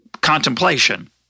contemplation